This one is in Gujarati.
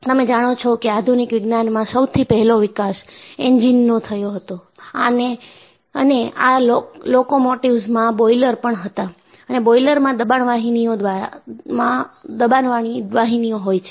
તમે જાણો છો કે આધુનિક વિજ્ઞાનમાં સૌથી પહેલો વિકાસ એન્જિનનો થયો હતો અને આ લોકોમોટિવ્સમાં બોઈલરો પણ હતા અને બોઈલરમાં દબાણ વાહિનીઓ હોય છે